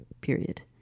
period